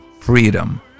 freedom